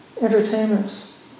entertainments